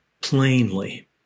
plainly